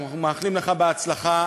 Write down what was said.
אנחנו מאחלים לך הצלחה.